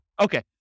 Okay